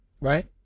Right